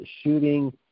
shooting